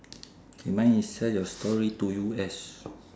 K mine is sell your story to U_S